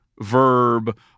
verb